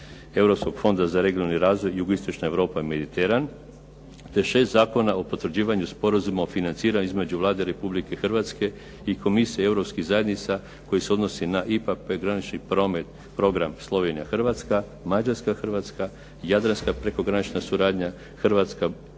Europskog fonda za regionalni razvoj "Jugoistočna europa" i "Mediteran", te šest zakona o potvrđivanju Sporazuma o financiranju između Vlade Republike Hrvatske i Komisije europskih zajednica koji se odnosi na IPA prekogranični program Slovenija-Hrvatska, Mađarska-Hrvatska, Jadranska prekogranična suradnja, Hrvatska